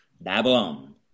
Babylon